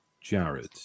Jared